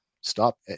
stop